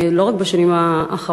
לא רק בשנים האחרונות,